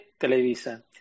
Televisa